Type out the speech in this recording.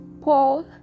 Paul